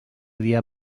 dia